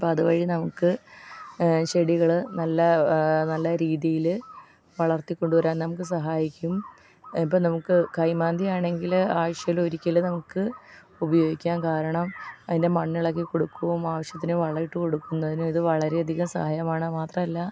അപ്പം അതു വഴി നമുക്ക് ചെടികൾ നല്ല നല്ല രീതിയിൽ വളർത്തിക്കൊണ്ട് വരാൻ നമുക്ക് സഹായിക്കും ഇപ്പം നമുക്ക് കൈമാന്തിയാണെങ്കിൽ ആഴ്ചയിലൊരിക്കൽ നമുക്ക് ഉപയോഗിക്കാൻ കാരണം അതിൻ്റെ മണ്ണിളക്കി കൊടുക്കുവോം ആവശ്യത്തിന് വളമിട്ട് കൊടുക്കുന്നതിന് ഇത് വളരെയധികം സഹായകമാണ് മാത്രമല്ല